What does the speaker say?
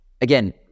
again